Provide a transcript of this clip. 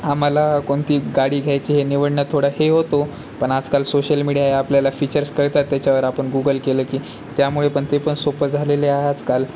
आम्हाला कोणती गाडी घ्यायची हे निवडणं थोडं हे होतो पण आजकाल सोशल मीडिया आहे आपल्याला फीचर्स कळतात त्याच्यावर आपण गुगल केलं की त्यामुळे पण ते पण सोपं झालेले आहे आजकाल